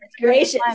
gracious